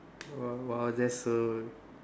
!wow! !wow! that's so